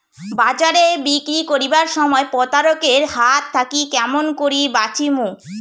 বাজারে বিক্রি করিবার সময় প্রতারক এর হাত থাকি কেমন করি বাঁচিমু?